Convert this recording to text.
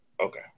Okay